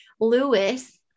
Lewis